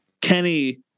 Kenny